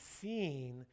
seen